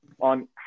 on